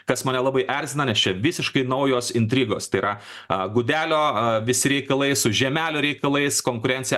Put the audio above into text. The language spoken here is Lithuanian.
kas mane labai erzina nes čia visiškai naujos intrigos tėra a gudelio vis reikalai su žiemelio reikalais konkurencija